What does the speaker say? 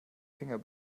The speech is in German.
finger